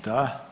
Da.